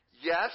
Yes